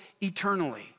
eternally